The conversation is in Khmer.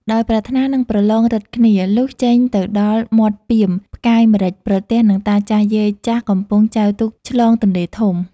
ដោយប្រាថ្នានឹងប្រឡងឫទ្ធិគ្នា លុះចេញទៅដល់មាត់ពាម ផ្កាយម្រេច ប្រទះនឹងតាចាស់យាយចាស់កំពុងចែវទូកឆ្លងទន្លេធំ។